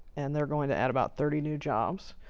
and they're going to add about thirty new jobs.